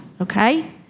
okay